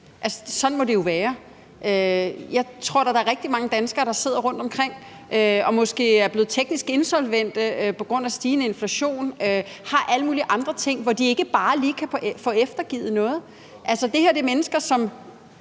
Sådan må det jo være. Jeg tror da, at der er rigtig mange danskere, der sidder rundtomkring og måske er blevet teknisk insolvente på grund af stigende inflation eller alle mulige andre ting, hvor de ikke bare lige kan få eftergivet noget. Altså, det her er mennesker, som